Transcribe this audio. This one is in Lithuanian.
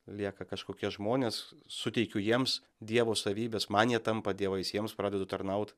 lieka kažkokie žmonės suteikiu jiems dievo savybes man jie tampa dievais jiems pradedu tarnaut